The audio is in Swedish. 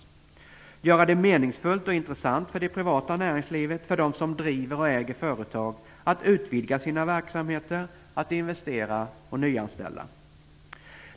Man skall göra det meningsfullt och intressant för det privata näringslivet, för dem som driver och äger företag, att utvidga sina verksamheter, att investera och att nyanställa.